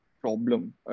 problem